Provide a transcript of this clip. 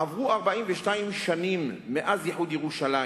עברו 42 שנים מאז איחוד ירושלים.